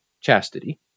chastity